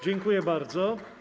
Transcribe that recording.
Dziękuję bardzo.